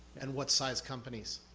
and what size companies?